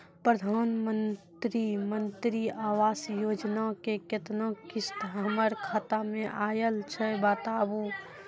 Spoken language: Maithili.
प्रधानमंत्री मंत्री आवास योजना के केतना किस्त हमर खाता मे आयल छै बताबू?